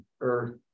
earth